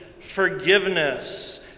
forgiveness